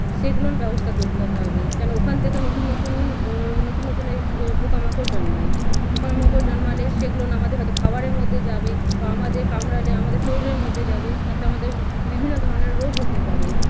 সেইগুলোর ব্যবস্থা করতে হবে কেন ওখান থেকে নতুন নতুন নতুন নতুন এ ইয়ে পোকামাকড় জন্মায় পোকামাকড় জন্মালে সেগুলো না আমাদে হয়তো খাবারর মধ্যে যাবে বা আমাদের কামড়ালে আমাদের শরীরের মধ্যে যাবে তাতে আমাদের বিভিন্ন ধরনের রোগ হতে পারে